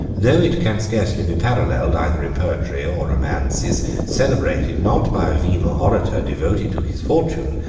though it can scarcely be paralleled either in poetry or romance, is celebrated, not by a venal orator devoted to his fortune,